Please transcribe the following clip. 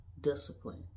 discipline